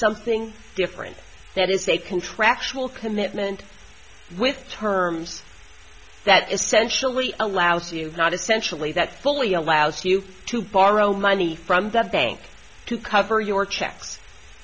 something different that is a contractual commitment with terms that essentially allows you not essentially that fully allows you to borrow money from the bank to cover your checks